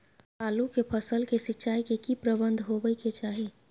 आलू के फसल के सिंचाई के की प्रबंध होबय के चाही?